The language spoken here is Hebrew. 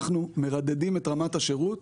אנחנו מרדדים את רמת השירות,